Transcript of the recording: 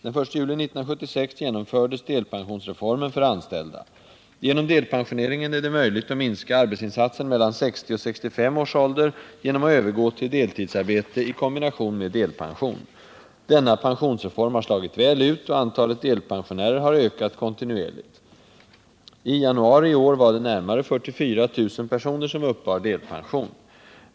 Den 1 juli 1976 genomfördes delpensionsreformen för anställda. Genom delpensioneringen är det möjligt att minska arbetsinsatsen mellan 60 och 65 års ålder genom att övergå till deltidsarbete i kombination med delpension. Denna pensionsform har slagit väl ut, och antalet delpensionärer har ökat kontinuerligt. I januari i år var det närmare 44 000 personer som uppbar delpension.